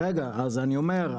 רגע אז אני אומר,